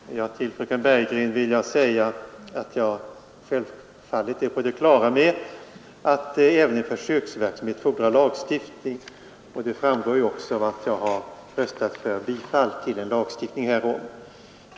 Herr talman! Till fröken Bergegren vill jag säga att jag självfallet är på det klara med att även en försöksverksamhet fordrar lagstiftning — det framgår ju också av att jag har röstat för bifall till en lagstiftning härom.